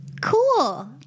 Cool